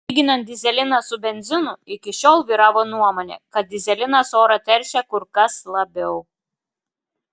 lyginant dyzeliną su benzinu iki šiol vyravo nuomonė kad dyzelinas orą teršia kur kas labiau